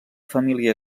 família